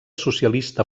socialista